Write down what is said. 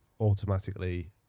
automatically